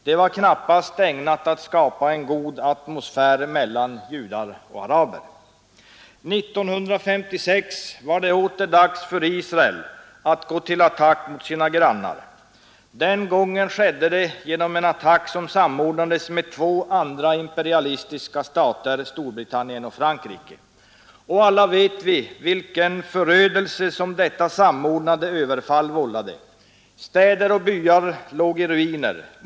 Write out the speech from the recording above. Det var knappast ägnat att skapa en god atmosfär mellan judar och araber. 1956 var det åter dags för Israel att gå till attack mot sina grannar. Den gången skedde det genom samordning med två andra imperialistiska stater, Storbritannien och Frankrike. Alla vet vilken förödelse som detta samordnade överfall vållade. Städer och byar låg i ruiner.